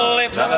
lips